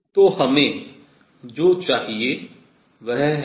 तो हमें जो चाहिए वह है